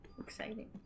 exciting